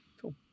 Cool